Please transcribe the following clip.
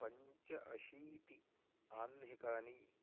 पञ्च अशीतिः आह्निकानि